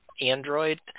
android